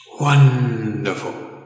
Wonderful